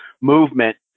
movement